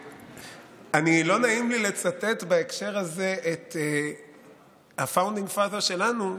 לא נעים לי לצטט בהקשר הזה את ה-Founding Father שלנו,